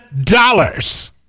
dollars